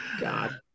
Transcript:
God